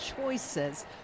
choices